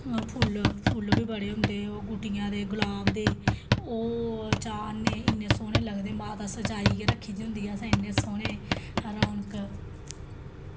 फुल्ल फुल्ल बी बड़े होंदे ओह् गुट्टियां दे गलाब दे ओह् चाढ़ने इन्ने सोह्ने लगदे माता सजाइयै रक्खी दी होंदी ऐ असें इन्ने सोह्ने रौनक